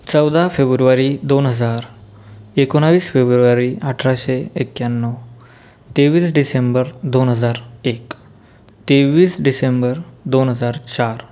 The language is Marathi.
चौदा फेब्रुवारी दोन हजार एकोणिस फेब्रुवारी अठराशे एक्याण्णव तेवीस डिसेंबर दोन हजार एक तेवीस डिसेंबर दोन हजार चार